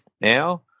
now